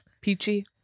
peachy